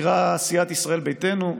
ביקרה סיעת ישראל ביתנו,